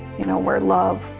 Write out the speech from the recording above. you know where love.